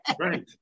Right